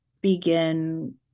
begin